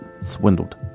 swindled